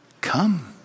Come